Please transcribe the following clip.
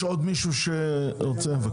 יש עוד מישהו שרוצה לדבר?